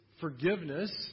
forgiveness